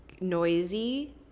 noisy